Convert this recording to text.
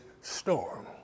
storm